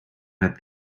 met